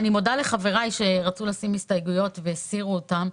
אני מודה לחבריי שרצו להגיש הסתייגויות אבל הסירו אותם.